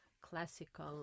classical